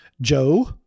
Joe